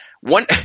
One